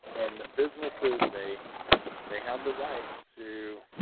and the businesses, they they have the right to